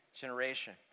generation